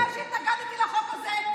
בגלל שהתנגדתי לחוק הזה,